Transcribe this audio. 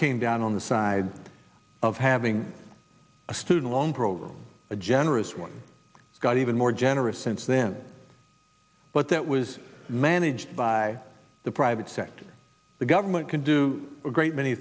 came down on the side of having a student loan program a generous one got even more generous since then but that was managed by the private sector the government can do a great many